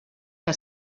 que